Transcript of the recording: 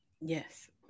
Yes